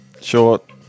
Short